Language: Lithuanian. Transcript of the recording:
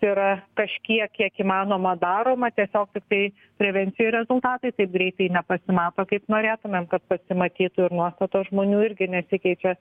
yra kažkiek kiek įmanoma daroma tiesiog tiktai prevencija ir rezultatai taip greitai nepasimato kaip norėtumėm kad pasimatytų ir nuostatos žmonių irgi nesikeičia